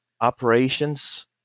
operations